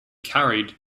carried